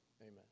amen